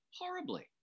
horribly